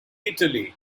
italy